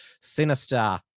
sinister